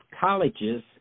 colleges